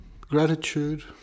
gratitude